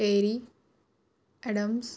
perry adams